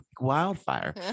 wildfire